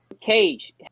Cage